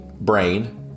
Brain